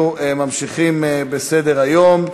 אנחנו ממשיכים בסדר-היום.